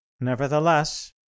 Nevertheless